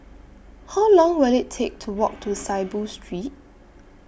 How Long Will IT Take to Walk to Saiboo Street